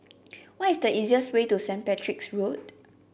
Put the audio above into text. what is the easiest way to Saint Patrick's Road